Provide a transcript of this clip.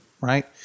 right